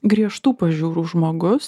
griežtų pažiūrų žmogus